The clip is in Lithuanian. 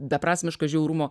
beprasmiško žiaurumo